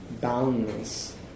boundless